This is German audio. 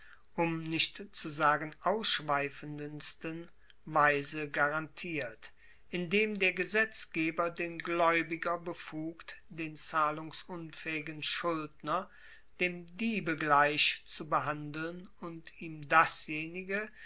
um nicht zu sagen ausschweifendsten weise garantiert indem der gesetzgeber den glaeubiger befugt den zahlungsunfaehigen schuldner dem diebe gleich zu behandeln und ihm dasjenige